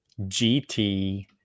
GT